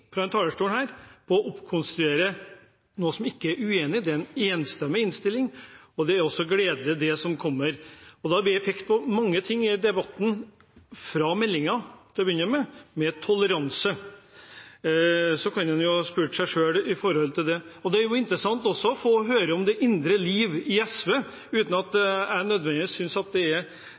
fra talerstolen, til å oppkonstruere noe som ikke er en uenighet. Det er en enstemmig innstilling, og det er også gledelig det som kommer. Det ble til å begynne med i debatten pekt på mange ting i stortingsmeldingen, bl.a. toleranse. Man kan jo stille seg spørsmål om det. Det er også interessant å få høre om det indre livet i SV, uten at jeg nødvendigvis synes at det er